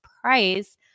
price